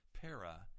para